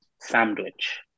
Sandwich